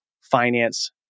finance